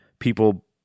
people